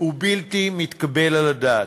ובלתי מתקבל על הדעת.